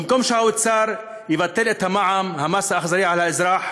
במקום שהאוצר יבטל את המע"מ, המס האכזרי על האזרח,